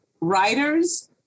writers